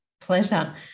Pleasure